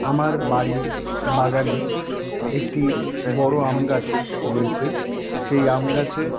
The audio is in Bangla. আমার বাড়ির বাগানে একটি বড় আম গাছ রয়েছে সেই আম গাছে